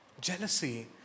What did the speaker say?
Jealousy